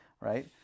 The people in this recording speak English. right